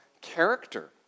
character